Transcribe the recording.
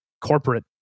corporate